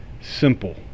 simple